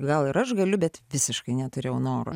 gal ir aš galiu bet visiškai neturėjau noro